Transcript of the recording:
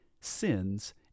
sins